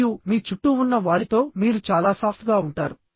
మరియు మీ చుట్టూ ఉన్న వారితో మీరు చాలా సాఫ్ట్ గా ఉంటారు